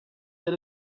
bit